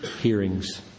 hearings